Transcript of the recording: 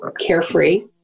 carefree